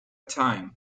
time